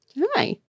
Hi